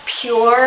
pure